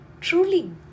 truly